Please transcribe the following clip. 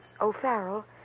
O'Farrell